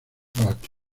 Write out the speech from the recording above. party